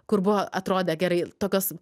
kur buvo atrodė gerai tokios